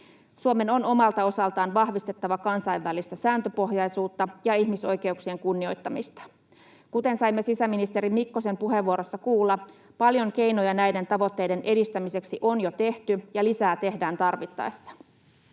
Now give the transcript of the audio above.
Suomen on omalta osaltaan vahvistettava kansainvälistä sääntöpohjaisuutta ja ihmisoikeuksien kunnioittamista. Kuten saimme sisäministeri Mikkosen puheenvuorossa kuulla, paljon keinoja näiden tavoitteiden edistämiseksi on jo tehty ja lisää tehdään tarvittaessa.